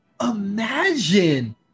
imagine